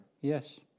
Yes